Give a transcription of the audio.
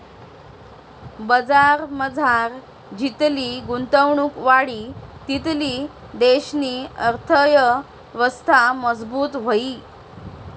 बजारमझार जितली गुंतवणुक वाढी तितली देशनी अर्थयवस्था मजबूत व्हयी